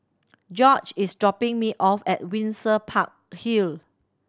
George is dropping me off at Windsor Park Hill